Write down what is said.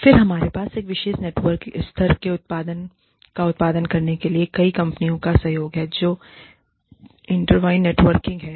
फिर हमारे पास एक विशेष नेटवर्क स्तर के उत्पादन का उत्पादन करने के लिए कई कंपनियों का सहयोग है जो इंटरवॉवन नेटवर्किंग है